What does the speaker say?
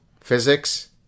Physics